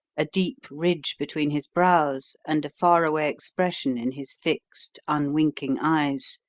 a deep ridge between his brows and a far-away expression in his fixed, unwinking eyes.